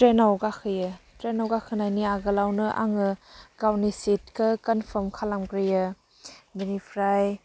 ट्रेनआव गाखोयो ट्रेनआव गाखोनायनि आगोलावनो आङो गावनि सिटखौ कनफर्म खालामग्रोयो बिनिफ्राय